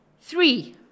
three